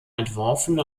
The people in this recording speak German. entworfene